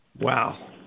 Wow